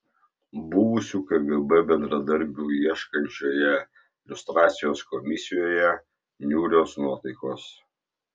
buvusių kgb bendradarbių ieškančioje liustracijos komisijoje niūrios nuotaikos